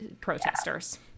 protesters